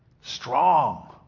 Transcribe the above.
Strong